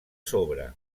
sobre